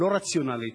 לא רציונלית,